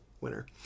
winner